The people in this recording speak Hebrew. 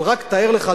אבל רק תאר לך,